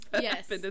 yes